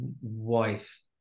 wife